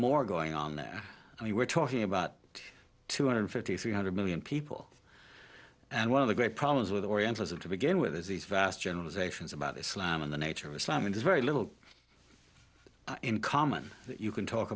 more going on there and we're talking about two hundred fifty three hundred million people and one of the great problems with orientalism to begin with is these vast generalizations about islam and the nature of islam and it's very little in common that you can talk